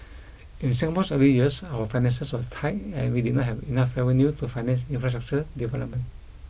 in Singapore's early years our finances were tight and we did not have enough revenue to finance infrastructure development